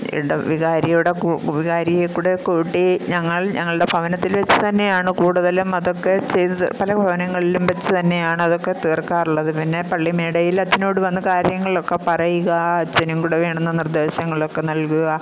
വികാരിയുടെ വികാരിയെക്കൂടെ കൂട്ടി ഞങ്ങള് ഞങ്ങളുടെ ഭവനത്തില് വെച്ച് തന്നെയാണ് കൂടുതലും അതൊക്കെ ചെയ്ത് പല ഭവനങ്ങളിലും വെച്ച് തന്നെയാണതൊക്കെ തീര്ക്കാറുള്ളത് പിന്നെ പള്ളിമേടയിൽ അച്ഛനോട് വന്ന് കാര്യങ്ങളൊക്കെ പറയുക അച്ഛനും കൂടെ വേണ്ടുന്ന നിര്ദ്ദേശങ്ങളൊക്കെ നല്കുക